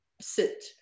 sit